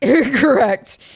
Correct